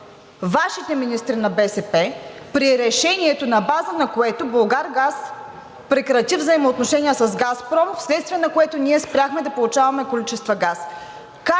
Вашите министри на БСП при решението, на база на което „Булгаргаз“ прекрати взаимоотношения с „Газпром“, вследствие на което ние спряхме да получаваме количества газ?